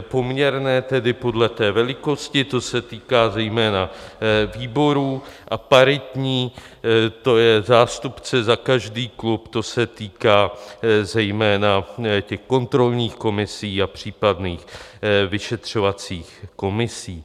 Poměrné tedy podle velikosti, to se týká zejména výborů, a paritní, tj. zástupce za každý klub, to se týká zejména kontrolních komisí a případných vyšetřovacích komisí.